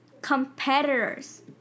competitors